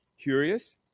Curious